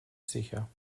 sicher